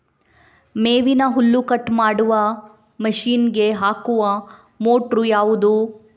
ಮೇವಿನ ಹುಲ್ಲು ಕಟ್ ಮಾಡುವ ಮಷೀನ್ ಗೆ ಹಾಕುವ ಮೋಟ್ರು ಯಾವುದು?